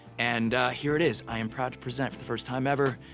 and, ah, here it is. i am proud to present, for the first time ever,